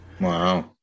Wow